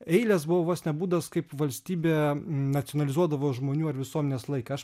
eilės buvo vos ne būdas kaip valstybė nacionalizuodavo žmonių ar visuomenės laiką aš